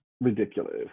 ridiculous